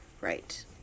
Right